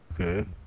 Okay